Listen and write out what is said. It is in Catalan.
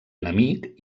enemic